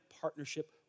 partnership